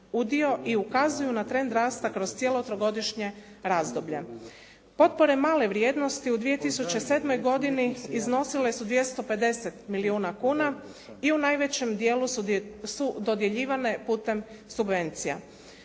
udio i ukazuju na trend rasta kroz cijelo trogodišnje razdoblje. Potpore male vrijednosti u 2007. godini iznosile su 250 milijuna kuna i u najvećem dijelu su dodjeljivane putem subvencija.